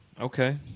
Okay